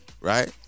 right